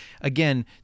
again